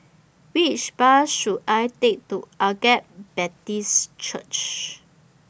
Which Bus should I Take to Agape Baptist Church